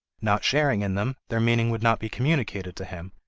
not sharing in them, their meaning would not be communicated to him,